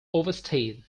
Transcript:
oversteered